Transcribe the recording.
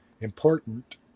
important